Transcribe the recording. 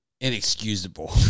inexcusable